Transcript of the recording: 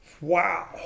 Wow